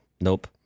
nope